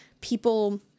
people